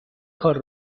کار